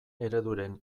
ereduren